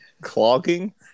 clogging